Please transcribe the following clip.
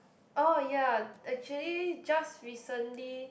oh ya actually just recently